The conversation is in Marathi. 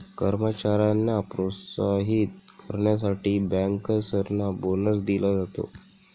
कर्मचाऱ्यांना प्रोत्साहित करण्यासाठी बँकर्सना बोनस दिला जातो